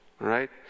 right